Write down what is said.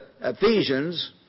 Ephesians